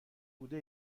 بوده